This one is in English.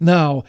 Now